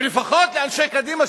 ולפחות לאנשי קדימה,